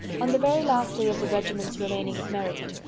on the very last day of the regiment's remaining at meryton,